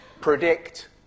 predict